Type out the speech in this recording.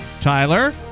Tyler